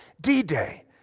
D-Day